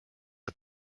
are